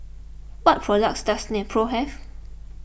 what products does Nepro have